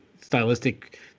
stylistic